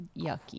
yucky